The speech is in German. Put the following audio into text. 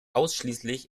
ausschließlich